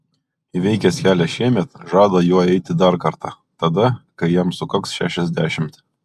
įveikęs kelią šiemet žada juo eiti dar kartą tada kai jam sukaks šešiasdešimt